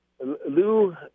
lou